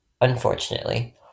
Unfortunately